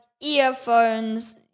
earphones